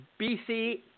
BC